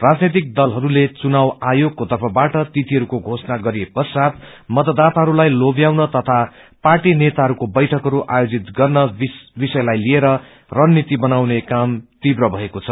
राजनीतिक दलहरूले चुनाव आयोगको तफवाट तिथिहरूको घोषणा गरिए पश्वात् मतदाताहरूलाई लोभ्याउन तथा पार्टी नेताहरूको वैठकहरू आयोजित गर्ने विषयलाई लिएर रणनीति बनाउने काम तीव्र भएको छ